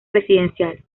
residencial